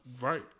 right